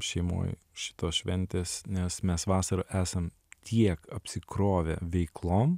šeimoj šitos šventės nes mes vasarą esam tiek apsikrovę veiklom